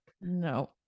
no